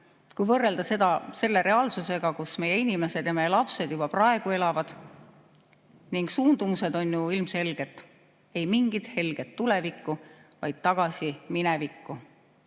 kui võrrelda seda selle reaalsusega, kus meie inimesed ja meie lapsed juba praegu elavad. Suundumused on ju ilmselged, ei mingit helget tulevikku, vaid tagasi minevikku